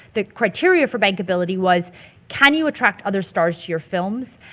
the criteria for bankability was can you attract other stars to your films?